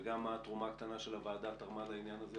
וגם התרומה הקטנה של הוועדה תרמה לעניין הזה,